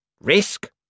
Risk